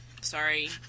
sorry